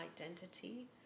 identity